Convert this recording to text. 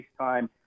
FaceTime